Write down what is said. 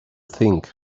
think